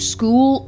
School